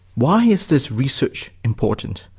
why is this research important?